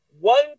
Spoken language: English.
one